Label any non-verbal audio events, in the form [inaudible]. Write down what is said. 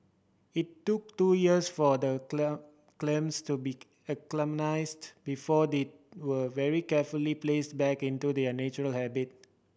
it took two years for the [unintelligible] clams to be acclimatised before they were very carefully placed back into their natural habitat